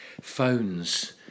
phones